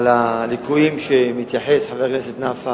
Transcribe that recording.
אבל הליקויים שחבר הכנסת נפאע